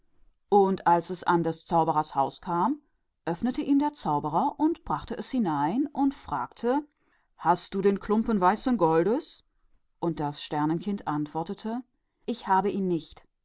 und als es zum hause des zauberers kam öffnete ihm der zauberer und ließ es herein und sagte hast du das stück weißen goldes und das sternenkind antwortete ich habe es nicht